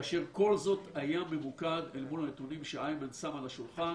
כאשר כל זאת היה ממוקד אל מול הנתונים שאיימן שם על השולחן